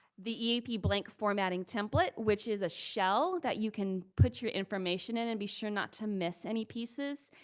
the eap blank formatting template, which is a shell that you can put your information in and be sure not to miss any pieces.